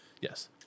Yes